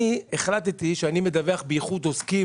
אני החלטתי לדווח באיחוד עוסקים.